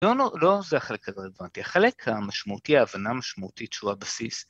לא, לא זה החלק הרלוונטי, החלק המשמעותי, ההבנה המשמעותית שהוא הבסיס.